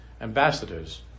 ambassadors